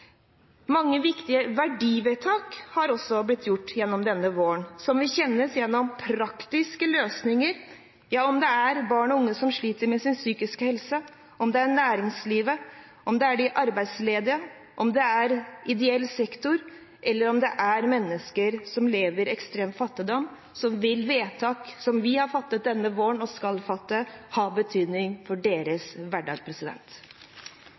Mange viktige verdivedtak er også blitt gjort gjennom denne våren, vedtak som vil kjennes gjennom praktiske løsninger. Ja – om det er barn og unge som sliter med sin psykiske helse, om det er næringslivet, om det er de arbeidsledige, om det er ideell sektor, eller om det er mennesker som lever i ekstrem fattigdom, så vil vedtak som vi har fattet, og skal fatte, denne våren, ha betydning for deres hverdag.